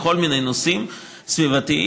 בכל מיני נושאים סביבתיים.